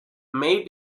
may